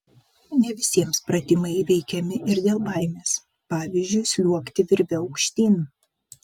ne visiems pratimai įveikiami ir dėl baimės pavyzdžiui sliuogti virve aukštyn